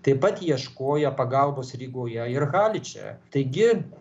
taip pat ieškojo pagalbos rygoje ir haliče taigi